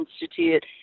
Institute